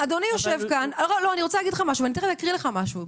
אני תיכף אקרא לאדוני משהו.